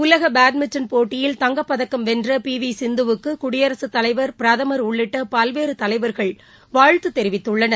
உலக பேட்மின்டன் போட்டியில் தங்கப்பதக்கம் வென்ற பி வி சிந்துவுக்கு குடியரசுத்தலைவர் பிரதமர் உள்ளிட்ட பல்வேறு தலைவர்கள் வாழ்த்து தெரிவித்துள்ளனர்